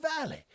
Valley